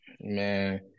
Man